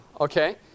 okay